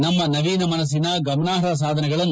ನಮ್ಮ ನವೀನ ಮನಸ್ಥಿನ ಗಮನಾರ್ಹ ಸಾಧನೆಗಳನ್ನು